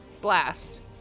Blast